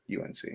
UNC